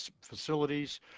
facilities